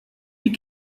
die